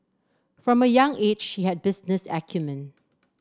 from a young age she had business acumen